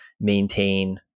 maintain